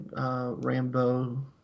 Rambo